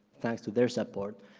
thanks to their support,